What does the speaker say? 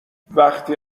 وقتی